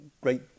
great